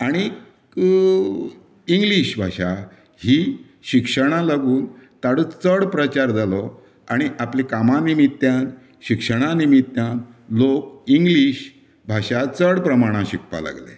आनीक इंग्लीश भाशा ही शिक्षणांक लागून ताचो चड प्रचार जालो आनी आपल्या कामां निमित्यान शिक्षणां निमित्यान लोक इंग्लिश भाशा चड प्रमाणांत शिकपाक लागलें